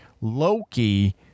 Loki